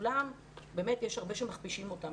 יש הרבה שמכפישים אותם,